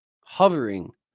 hovering